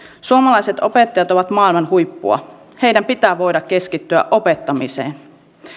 suomalaiset opettajat ovat maailman huippua heidän pitää voida keskittyä opettamiseen